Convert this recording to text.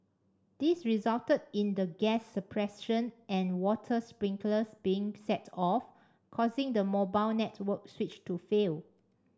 this resulted in the gas suppression and water sprinklers being set off causing the mobile network switch to fail